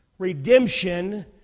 Redemption